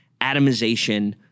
atomization